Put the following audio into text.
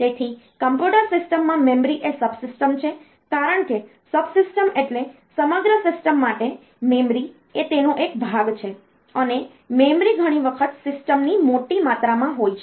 તેથી કમ્પ્યુટર સિસ્ટમમાં મેમરી એ સબસિસ્ટમ છે કારણ કે સબસિસ્ટમ એટલે સમગ્ર સિસ્ટમ માટે મેમરી એ તેનો એક ભાગ છે અને મેમરી ઘણી વખત સિસ્ટમની મોટી માત્રામાં હોય છે